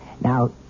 Now